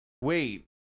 wait